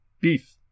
Beef